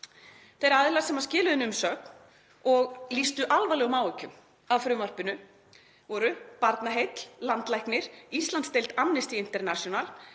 Þeir aðilar sem skiluðu inn umsögn og lýstu alvarlegum áhyggjum af frumvarpinu voru: Barnaheill, landlæknir, Íslandsdeild Amnesty International,